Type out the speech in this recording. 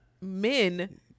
men